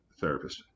therapist